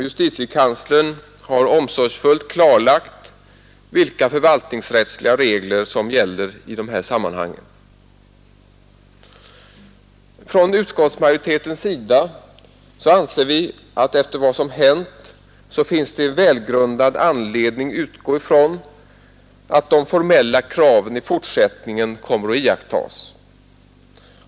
Justitiekanslern har omsorgsfullt klarlagt vilka förvaltningsrättsliga regler som gäller i dessa sammanhang. Från utskottsmajoritetens sida anser vi att efter vad som hänt det finns välgrundad anledning utgå ifrån att de formella kraven i fortsättningen kommer att iakttas.